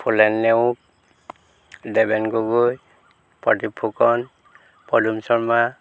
Phulen Neog Deben Gogoi Pradip Phukan Padum Sharma